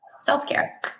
Self-care